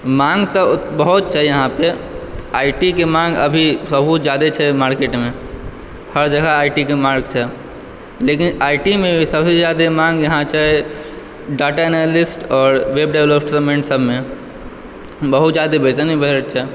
माॅंग तऽ बहुत छै यहाँ पे आई आई टी के माॅंग अभी बहुत जादा छै मार्केट मे हर जगह आई आई टी के मांग छै लेकिन आई आई टी मे भी सबसे जादा मांग यहाँ छै डाटा एनालिस्ट आओर वेव डेवलपमेंट सबमे बहुत जादा वेतन भी भेटै छै